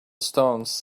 stones